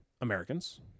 Americans